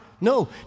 No